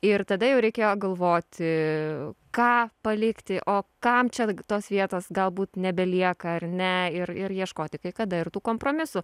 ir tada jau reikėjo galvoti ką palikti o kam čia tos vietos galbūt nebelieka ar ne ir ir ieškoti kai kada ir tų kompromisų